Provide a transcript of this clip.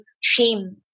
shame